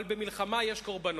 אבל במלחמה יש קורבנות.